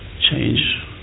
change